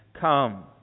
come